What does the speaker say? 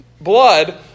blood